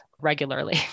regularly